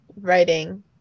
writing